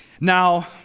Now